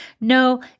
No